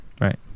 Right